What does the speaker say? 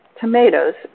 tomatoes